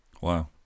wow